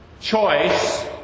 Choice